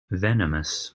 venomous